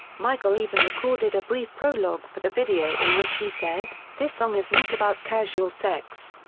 michael even recorded a brief prologue for the video in which he said this song is not about casual sex.